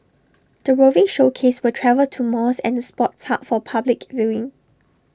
the roving showcase will travel to malls and the sports hub for public viewing